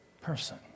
person